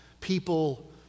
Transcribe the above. people